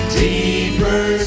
deeper